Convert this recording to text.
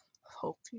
Hope